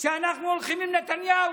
על שאנחנו הולכים עם נתניהו.